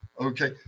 Okay